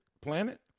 planet